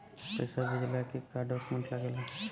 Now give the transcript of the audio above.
पैसा भेजला के का डॉक्यूमेंट लागेला?